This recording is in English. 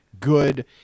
good